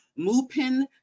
Mupin